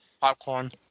Popcorn